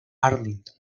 arlington